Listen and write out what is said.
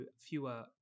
fewer